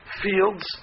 fields